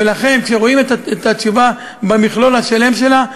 לכן כשרואים את התשובה במכלול השלם שלה,